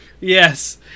Yes